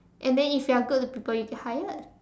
and then if you are good to people you get hired